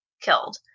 killed